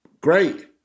great